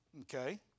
Okay